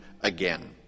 again